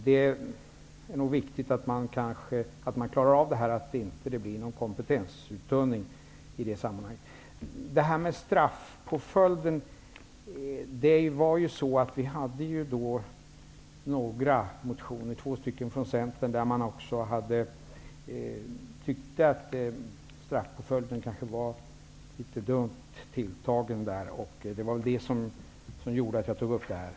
Det är nog viktigt att det inte blir någon kompetensuttunning i det sammanhanget. När det gäller detta med straffpåföljden hade vi två motioner från Centern där man också tyckte att straffpåföljden kanske var litet fel tilltagen. Det var därför jag tog upp detta.